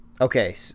Okay